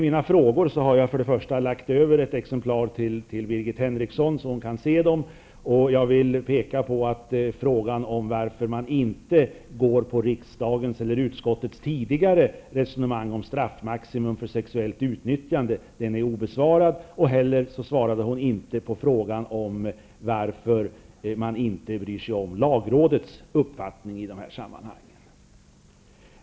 Jag har gett Birgit Henriksson ett exemplar av mina frågor så att hon kan läsa dem. Och jag vill peka på att frågan varför man inte går på utskottets tidigare resonemang om straffmaximum för sexuellt utnyttjande är obesvarad. Birgit Henriksson svarade inte heller på frågan varför man inte bryr sig om lagrådets uppfattning i dessa sammanhang.